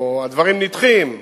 או הדברים נדחים,